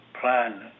plan